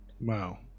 wow